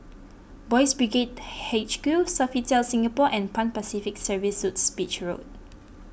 Boys' Brigade H Q Sofitel Singapore and Pan Pacific Serviced Suites Beach Road